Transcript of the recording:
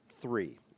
three